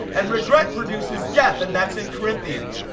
and regret produces death, and that's in corinthians.